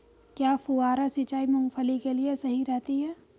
क्या फुहारा सिंचाई मूंगफली के लिए सही रहती है?